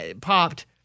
popped